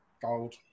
gold